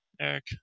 Eric